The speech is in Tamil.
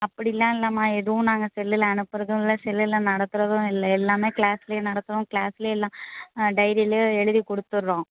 அப்படிலாம் இல்லைம்மா எதுவும் நாங்கள் செல்லில் அனுப்புகிறதுமில்ல செல்லில் நடத்துகிறதும் இல்லை எல்லாமே க்ளாஸ்சிலே நடத்துவோம் க்ளாஸ்சிலே எல்லாம் டைரிலேயும் எழுதிக் கொடுத்துட்றோம்